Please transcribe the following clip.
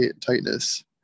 tightness